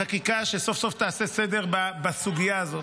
בחקיקה שסוף-סוף תעשה סדר בסוגיה הזאת.